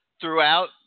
throughout